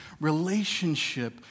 relationship